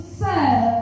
serve